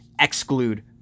exclude